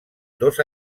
dos